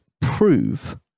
prove